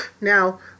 Now